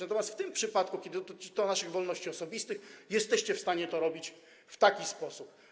Natomiast w tym przypadku, kiedy to dotyczy naszych wolności osobistych, jesteście w stanie to robić w taki sposób.